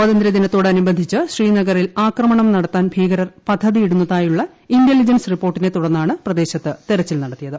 സ്വാതന്ത്രൃദിനത്തോടനുബന്ധിച്ച് ശ്രീനഗറിൽ ആക്രമണം നടത്താൻ ഭീകരർ പദ്ധതി ഇടുന്നതായുള്ള ഇന്റലിജെൻസ് റിപ്പോർട്ടിനെ തുടർന്നാണ് പ്രദേശത്ത് തിരച്ചിൽ നടത്തിയത്